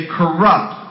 corrupt